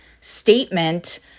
statement